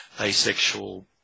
asexual